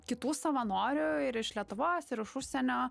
kitų savanorių ir iš lietuvos ir iš užsienio